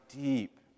deep